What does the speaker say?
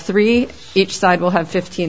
three each side will have fifteen